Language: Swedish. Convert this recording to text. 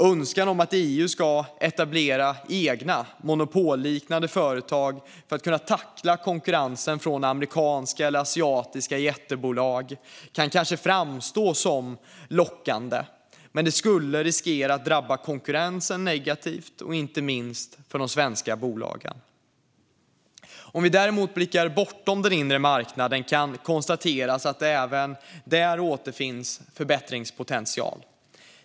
Tanken att EU skulle etablera egna monopolliknande företag för att kunna tackla konkurrensen från amerikanska eller asiatiska jättebolag kan kanske framstå som lockande, men det skulle riskera att drabba konkurrensen negativt, inte minst för de svenska bolagen. Om vi blickar bortom den inre marknaden kan konstateras att det även där finns förbättringspotential.